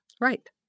Right